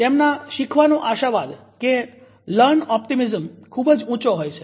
તેમના શીખવાનો આશાવાદ ખુબ જ ઉચો હોય છે